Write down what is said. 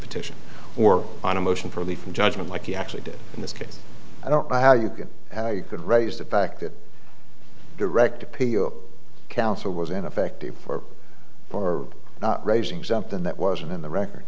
petition or on a motion for leave from judgment like he actually did in this case i don't know how you can how you could raise the fact that direct appeal counsel was ineffective for for not raising something that wasn't in the record